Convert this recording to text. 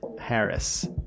Harris